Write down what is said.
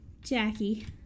Jackie